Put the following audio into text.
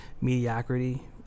mediocrity